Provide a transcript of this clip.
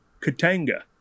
Katanga